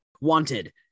Wanted